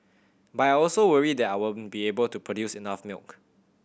but I also worry that I won't be able to produce enough milk